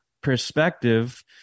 perspective